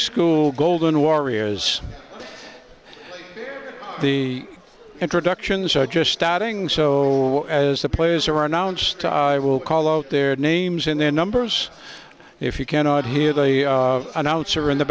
school golden warrior as the introductions are just starting so as the players are announced i will call out their names and their numbers if you cannot hear the announcer in the